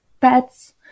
pets